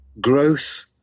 growth